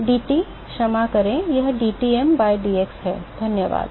dT क्षमा करें यह dTm by dx है धन्यवाद